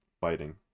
fighting